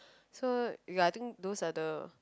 so ya I think those are the